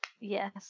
Yes